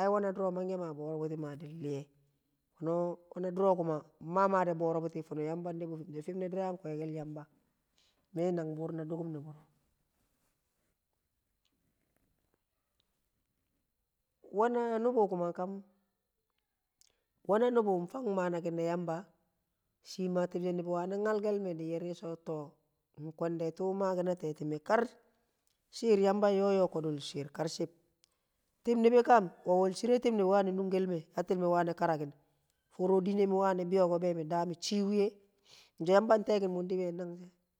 ai we̱ na du̱re mabu bo̱ro̱ bu̱ti̱ din bi̱ye no we̱ na duro mamade bo̱ro̱ buti fono yamba de fu̱m she̱ fum ne̱ dire ang kwe̱ke̱l yamba me nangbu̱r na du̱ku̱m we̱ na nu̱bu̱ kuma we na nubu fang maa nakin ne yamba shima tibshe̱ ni̱bi̱ wani nyalkel me yerye so̱ nkwe̱nde̱ tuu maakur a tetime kar shi̱r yamba yo yo ko̱du̱l shi̱r kar chi̱b ti̱b ni̱bi̱ kam wowon tib nibi wani nugkel me yatil me wani̱ karaki fo̱ro̱ diine̱ mi wani̱ biyo̱ko̱ be mi daa mi shi̱ wuye̱